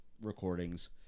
recordings